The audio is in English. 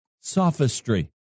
sophistry